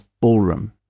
ballroom